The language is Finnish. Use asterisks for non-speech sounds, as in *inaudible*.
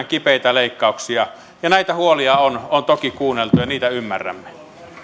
*unintelligible* kipeitä leikkauksia ja näitä huolia on on toki kuunneltu ja niitä ymmärrämme pyydän